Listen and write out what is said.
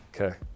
Okay